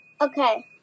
Okay